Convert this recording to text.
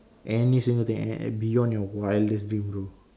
any single thing and and beyond your wildest dream bro